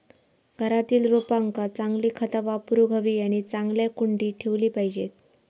घरातील रोपांका चांगली खता वापरूक हवी आणि चांगल्या कुंडीत ठेवली पाहिजेत